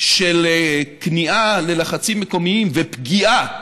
של כניעה ללחצים מקומיים ופגיעה